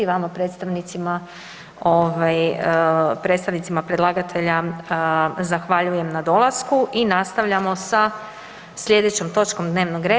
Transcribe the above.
Vama predstavnicima ovaj predstavnicima predlagatelja zahvaljujem na dolasku i nastavljamo sa slijedećom točkom dnevnog reda.